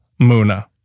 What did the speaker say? Muna